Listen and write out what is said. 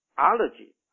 Allergy